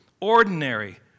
ordinary